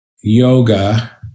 yoga